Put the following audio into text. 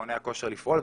למכוני הכושר לפעול.